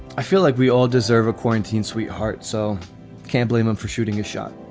i feel like we all deserve a quarantine, sweetheart. so can't blame them for shooting a shot.